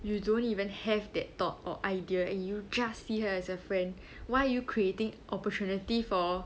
you don't even have that thought or idea and you just see her as a friend why you creating opportunity for